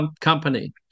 company